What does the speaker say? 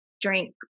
drink